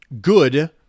good